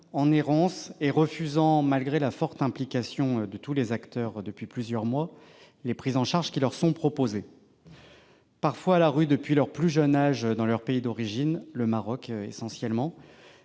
en errance et refusant, malgré la forte implication de tous les acteurs depuis plusieurs mois, les prises en charge qui leur sont proposées. Parfois à la rue depuis leur plus jeune âge dans leur pays d'origine, le Maroc essentiellement,